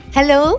Hello